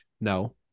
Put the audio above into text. No